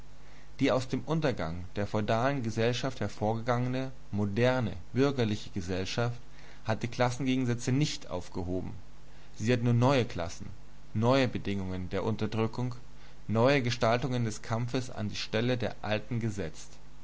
die aus dem untergang der feudalen gesellschaft hervorgegangene moderne bürgerliche gesellschaft hat die klassengegensätze nicht aufgehoben sie hat nur neue klassen neue bedingungen der unterdrückung neue gestaltungen des kampfes an die stelle der alten gesetzt